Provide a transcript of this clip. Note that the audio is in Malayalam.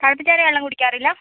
തിളപ്പിച്ചാറിയ വെള്ളം കുടിക്കാറില്ല